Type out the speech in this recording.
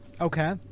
Okay